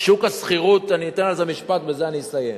שוק השכירות, אני אתן על זה משפט, ובזה אני אסיים.